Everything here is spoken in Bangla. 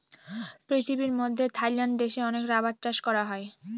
পৃথিবীর মধ্যে থাইল্যান্ড দেশে অনেক রাবার চাষ করা হয়